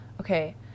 Okay